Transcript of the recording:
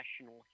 national